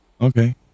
Okay